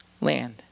land